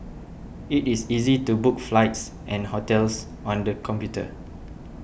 it is easy to book flights and hotels on the computer